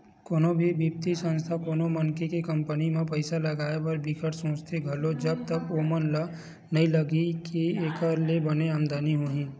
कोनो भी बित्तीय संस्था कोनो मनखे के कंपनी म पइसा लगाए बर बिकट सोचथे घलो जब तक ओमन ल नइ लगही के एखर ले बने आमदानी होही